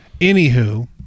Anywho